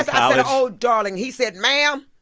ah oh, darling he said, ma'am,